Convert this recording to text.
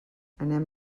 anem